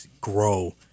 grow